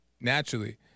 naturally